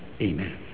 Amen